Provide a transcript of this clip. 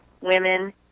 women